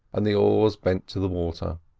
and the oars bent to the water.